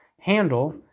handle